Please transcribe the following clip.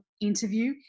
interview